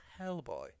Hellboy